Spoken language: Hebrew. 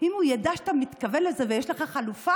אם הוא ידע שאתה מתכוון לזה ויש לך חלופה,